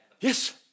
Yes